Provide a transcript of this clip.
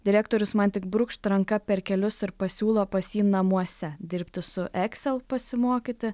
direktorius man tik brūkšt ranka per kelius ir pasiūlo pas jį namuose dirbti su excel pasimokyti